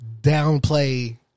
downplay